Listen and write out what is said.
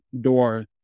door